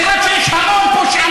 למרות שיש המון פושעים במשפחת כהן.